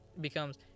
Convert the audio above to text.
becomes